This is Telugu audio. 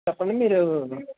చెప్పండి మీరెవరండి